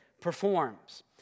performs